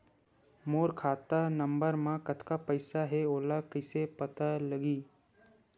मोर खाता नंबर मा कतका पईसा हे ओला कइसे पता लगी?